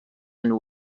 and